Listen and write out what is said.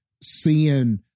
seeing